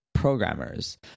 programmers